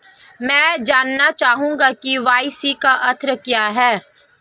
मैं जानना चाहूंगा कि के.वाई.सी का अर्थ क्या है?